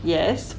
yes